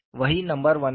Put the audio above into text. वही number one है